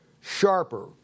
sharper